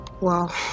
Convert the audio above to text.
Wow